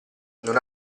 non